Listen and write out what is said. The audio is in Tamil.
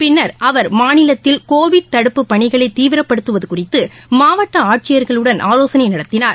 பின்னர் அவர் மாநிலத்தில் கோவிட் தடுப்பு பணிகளைதீவிரப்படுத்துவதுகுறித்துமாவட்டஆட்சியர்களுடன் ஆலோசனைநடத்தினார்